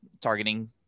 targeting